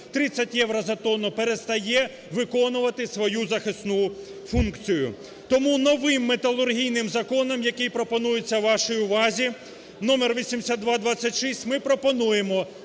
30 євро за тонну перестає виконувати свою захисну функцію. Тому новим металургійним законом, який пропонується вашій увазі, номер 8226, ми пропонуємо